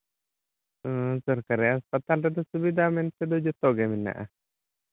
ᱦᱮᱸ ᱥᱚᱨᱠᱟᱨᱤ ᱦᱟᱥᱯᱟᱛᱟᱞ ᱨᱮᱫᱚ ᱥᱩᱵᱤᱫᱷᱟ ᱢᱮᱱ ᱛᱮᱫᱚ ᱡᱚᱛᱚᱜᱮ ᱢᱮᱱᱟᱜᱼᱟ